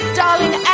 darling